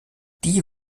die